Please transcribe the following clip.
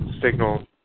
signal